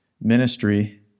ministry